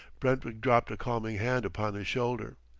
brentwick dropped a calming hand upon his shoulder.